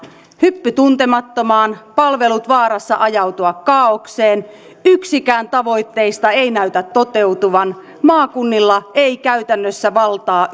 hyppy tuntemattomaan palvelut vaarassa ajautua kaaokseen yksikään tavoitteista ei näytä toteutuvan maakunnilla ei käytännössä valtaa